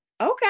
okay